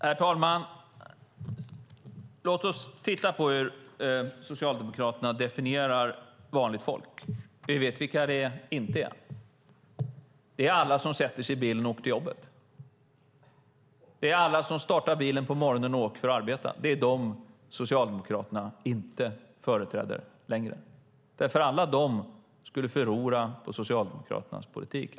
Herr talman! Låt oss titta på hur Socialdemokraterna definierar vanligt folk. Vi vet vilka det inte är. Det är inte de som sätter sig i bilen på morgonen och åker till jobbet. Dem företräder Socialdemokraterna inte längre. Alla de skulle nämligen förlora på Socialdemokraternas politik.